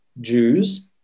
Jews